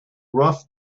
rough